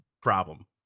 problem